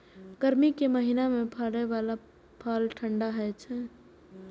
गर्मी के महीना मे फड़ै बला फल ठंढा होइ छै